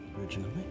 Originally